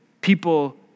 people